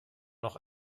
noch